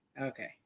Okay